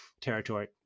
territory